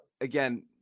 again